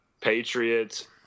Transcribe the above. Patriots –